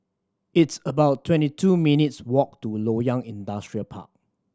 it's about twenty two minutes' walk to Loyang Industrial Park